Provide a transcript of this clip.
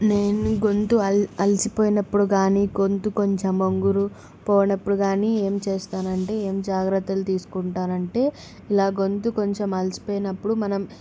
నేను గొంతు అల్ అలిసిపోయినప్పుడు కానీ గొంతు కొంచెం బొంగురు పోయినప్పుడు కానీ ఏం చేస్తానంటే ఏం జాగ్రత్తలు తీసుకుంటానంటే ఇలా గొంతు కొంచెం అలసిపోయినప్పుడు మనం